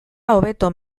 hobeto